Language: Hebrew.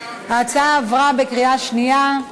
ההצעה עברה בקריאה שנייה.